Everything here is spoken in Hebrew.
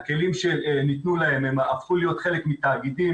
הכלים שניתנו להם הפכו להיות חלק מתאגידים,